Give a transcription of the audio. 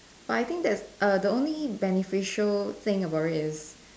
but I think that's err the only beneficial thing about it is